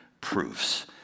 proofs